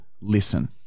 listen